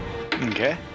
Okay